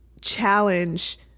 challenge